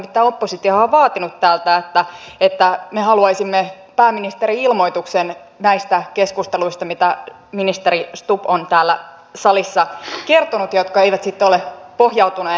nimittäin oppositiohan on vaatinut täältä että me haluaisimme pääministerin ilmoituksen näistä keskusteluista mitä ministeri stubb on täällä salissa kertonut ja mikä ei sitten ole pohjautunut välttämättä totuuteen